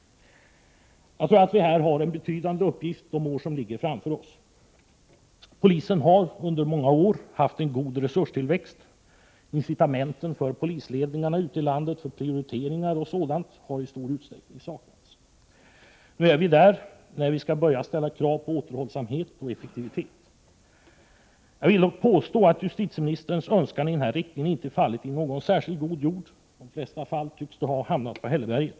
Jag tror att vi här har en betydande uppgift under de år som ligger framför oss. Polisen har under många år haft en god resurstillväxt, incitamenten för polisledningarna ute i landet för prioriteringar o. d. har i stor utsträckning saknats. Nu har vi nått därhän att vi skall börja ställa krav på återhållsamhet och effektivitet. Jag vill dock påstå att justitieministerns önskan i den här riktningen inte fallit i någon särskild god jord — till största delen tycks den ha fallit på hälleberget.